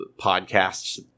podcasts